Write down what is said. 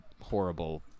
horrible